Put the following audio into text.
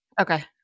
Okay